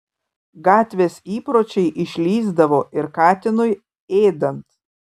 gatvės įpročiai išlįsdavo ir katinui ėdant